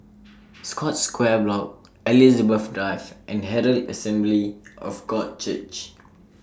Scotts Square Block Elizabeth Drive and Herald Assembly of God Church